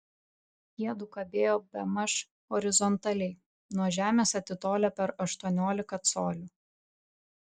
jiedu kabėjo bemaž horizontaliai nuo žemės atitolę per aštuoniolika colių